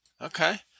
Okay